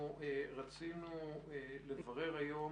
שרצינו לברר היום